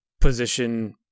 position